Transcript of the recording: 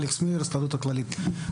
אלכס מילר מההסתדרות הכללית.